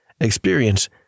experience